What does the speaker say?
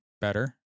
better